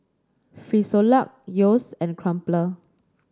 Frisolac Yeo's and Crumpler